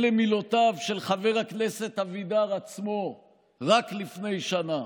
אלה מילותיו של חבר הכנסת אבידר עצמו רק לפני שנה.